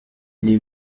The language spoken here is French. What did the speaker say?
les